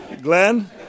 Glenn